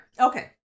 Okay